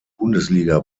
bundesliga